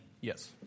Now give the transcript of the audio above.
Yes